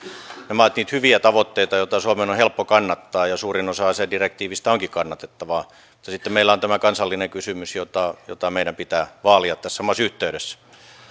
ovat niitä hyviä tavoitteita joita suomen on helppo kannattaa ja suurin osa asedirektiivistä onkin kannatettavaa mutta sitten meillä on tämä kansallinen kysymys jota jota meidän pitää vaalia tässä samassa yhteydessä